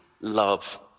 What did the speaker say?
love